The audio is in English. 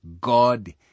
God